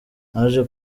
naje